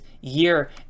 year